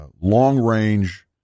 long-range